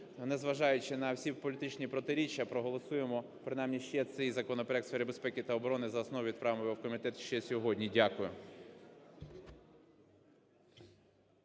незважаючи на всі політичні протиріччя, проголосуємо принаймні ще цей законопроект у сфері безпеки та оборони за основу, відправимо його в комітет ще сьогодні. Дякую.